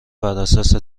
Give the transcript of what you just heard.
براساس